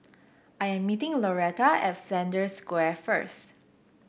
I am meeting Loretta at Flanders Square first